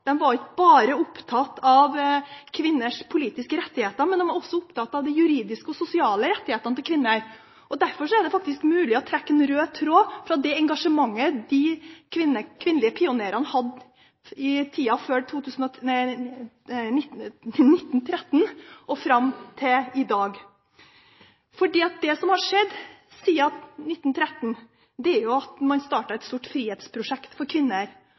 den gangen, Fredrikke Marie Qvam og Gina Krog, var ikke bare opptatt av kvinners politiske rettigheter, de var også opptatt av kvinners juridiske og sosiale rettigheter. Derfor er det mulig å trekke en rød tråd fra det engasjementet de kvinnelige pionerene hadde i tida før 1913, og fram til i dag. Det som har skjedd siden 1913, er at man har startet et stort frihetsprosjekt for kvinner.